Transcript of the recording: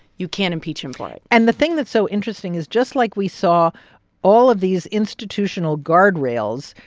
you can't impeach him for it and the thing that's so interesting is just like we saw all of these institutional guardrails,